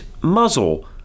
muzzle